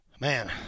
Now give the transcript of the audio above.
Man